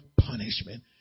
punishment